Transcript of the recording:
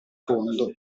fondo